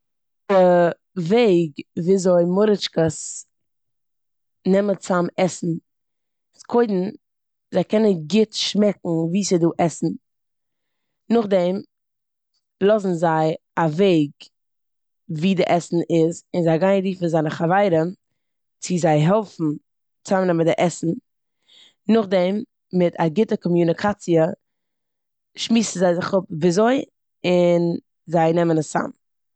וועג וויאזוי מורישקעס נעמען צאם עסן איז קודם זיי קענען גוט שמעקן ווי ס'דא עסן. נאכדעם לאזן זיי א וועג ווי די עסן איז און זיי גייעו רופן זיינע חברים צו זיי העלפן צאמנעמען די עסן. נאכדעם מיט א גוטע קאמיוניקאציע שמועסן זיי זיך אפ וויאזוי און זיי נעמען עס צאם.